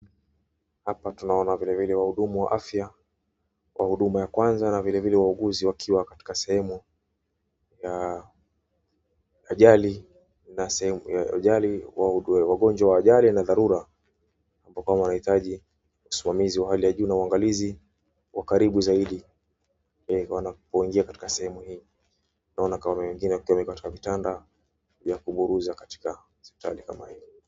Hapa tunaona vilevile wahudumu wa afya wa huduma ya kwanza na pia vilevile waauguzi wakiwa katika sehemu la ajali na wagonjwa wa ajali na dharura. Kwamba wanahitaji usasimizi wa hali ya juu na uangalizi wa karibu zaidi wanapoingia katika sehemu hii. Naona kama wengine wakiwa wameekwa kwa vitanda vya kuburuza katika hosipitali kama hii.